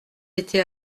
été